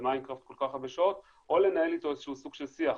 במיינדקראפט כל כך הרבה שעות או לנהל איתו סוג של שיח.